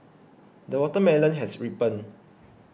the watermelon has ripened